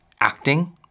acting